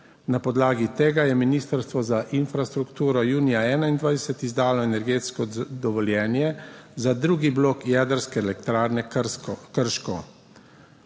Na podlagi tega je Ministrstvo za infrastrukturo junija 2021 izdalo energetsko dovoljenje za drugi blok jedrske elektrarne Krško.